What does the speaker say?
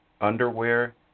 underwear